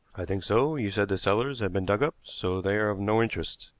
i think so. you said the cellars had been dug up, so they are of no interest,